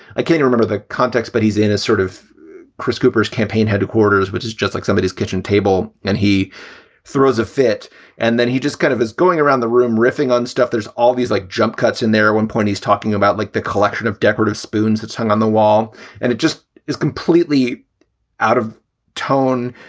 i can't remember the context, but he's in a sort of chris cooper's campaign headquarters, which is just like somebody's kitchen table, and he throws a fit and then he just kind of is going around the room riffing on stuff. there's all these, like, jump cuts in there. at one point he's talking about like the collection of decorative spoons. it's hung on the wall and it just is completely out of tone,